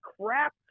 crap